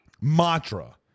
mantra